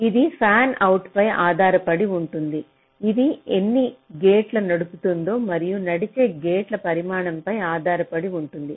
ఇది ఫ్యాన్అవుట్పై ఆధారపడి ఉంటుంది ఇది ఎన్ని గేట్లు నడుపుతోంది మరియు నడిచే గేట్ల పరిమాణంపై ఆధారపడి ఉంటుంది